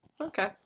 okay